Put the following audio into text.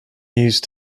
used